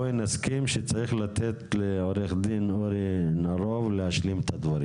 בואי נסכים שצריך לתת לעורך דין אורי נרוב להשלים את הדברים,